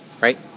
right